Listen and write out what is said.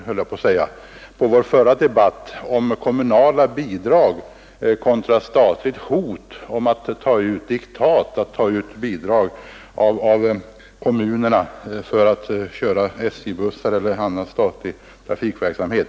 Herr Hamrin kom in igen på vår förra debatt om kommunala bidrag kontra statligt hot om att ta ut bidrag av kommunerna för trafik med SJ-bussar eller annan statlig trafikverksamhet.